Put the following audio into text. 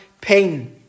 pain